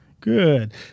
Good